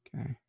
Okay